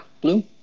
blue